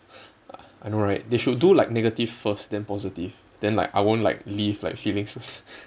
I know right they should do like negative first then positive then like I won't like leave like feeling s~